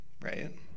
right